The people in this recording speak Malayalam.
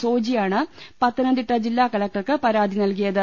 സോജിയാണ് പത്തനം തിട്ട ജില്ലാ കലക്ടർക്ക് പരാതി നൽകിയത്